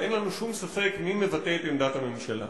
ואין לנו שם ספק מי מבטא את עמדת הממשלה.